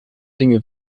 dinge